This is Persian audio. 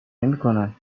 نمیکند